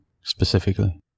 specifically